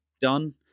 done